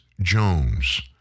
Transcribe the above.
Jones